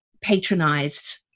patronized